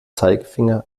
zeigefinger